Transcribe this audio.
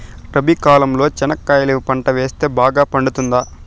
రబి కాలంలో చెనక్కాయలు పంట వేస్తే బాగా పండుతుందా?